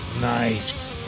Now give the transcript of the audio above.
Nice